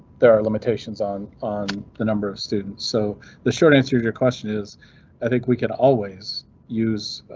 there are limitations on on the number of students, so the short answer to your question is i think we can always use.